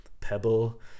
pebble